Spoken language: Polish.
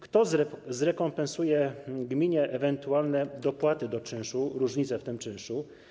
Kto zrekompensuje gminie ewentualne dopłaty do czynszu, różnicę w tym czynszu?